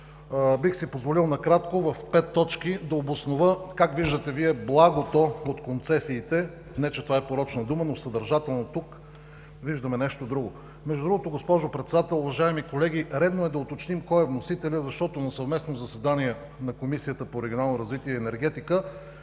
Бих си позволил накратко в пет точки да обоснова как виждате Вие благото от концесиите, не че това е порочна дума, но съдържателна. Тук виждаме нещо друго. Между другото, госпожо Председател, уважаеми колеги, редно е да уточним кой е вносителят, защото на съвместно заседание на Комисията по регионална политика,